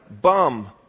Bum